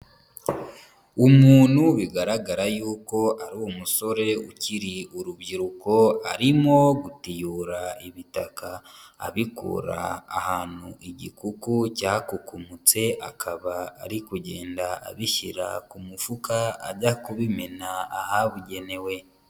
Umuntu bigaragara yuko ari umusore ukiri urubyiruko arimo gutiyura ibitaka, abikura ahantu igikuku cyakukumutse akaba ari kugenda abishyira ku mufuka ajya kubimena ahabugenewe.